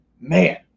man